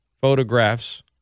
photographs